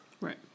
Right